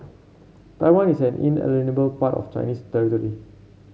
Taiwan is an inalienable part of Chinese territory